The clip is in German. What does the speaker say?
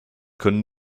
können